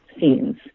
scenes